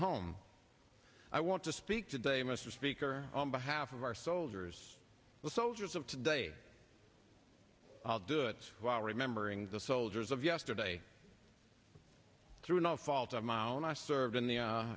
home i want to speak today mr speaker on behalf of our soldiers the soldiers of today i'll do it while remembering the soldiers of yesterday through no fault of my own i served in the